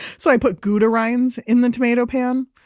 so i put gouda rinds in the tomato pan.